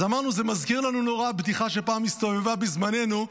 אז אמרנו שזה מזכיר לנו נורא בדיחה שפעם הסתובבה בזמננו.